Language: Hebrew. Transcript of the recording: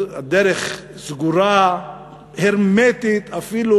הדרך סגורה הרמטית, אפילו